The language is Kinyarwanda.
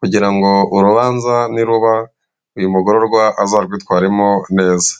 kugira ngo urubanza niruba uyu mugororwa azarwitwaremo neza.